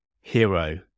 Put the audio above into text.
hero